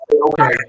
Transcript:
okay